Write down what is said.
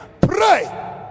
pray